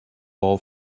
all